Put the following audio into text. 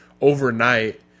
overnight